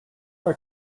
are